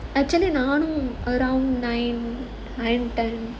actually நானும்:naanum around nine nine ten